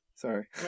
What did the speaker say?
sorry